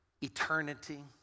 eternity